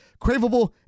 Cravable